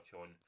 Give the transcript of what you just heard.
on